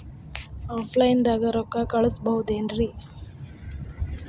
Offline ದಾಗ ರೊಕ್ಕ ಕಳಸಬಹುದೇನ್ರಿ?